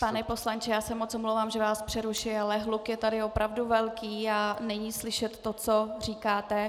Pane poslanče, já se moc omlouvám, že vás přerušuji, ale hluk je tady opravdu velký a není slyšet to, co říkáte.